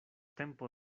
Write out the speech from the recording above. tempo